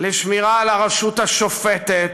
לשמירה על הרשות השופטת